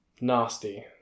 Nasty